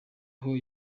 aho